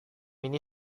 ini